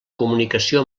comunicació